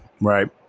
Right